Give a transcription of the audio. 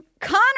Connor